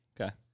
okay